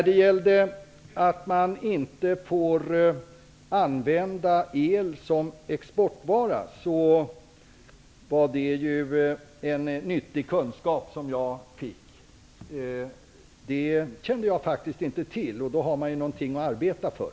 Att man inte får använda el som exportvara var en nyttig kunskap som jag fick. Det kände jag faktiskt inte till. Då har man ju något att arbeta för.